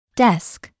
desk